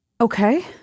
Okay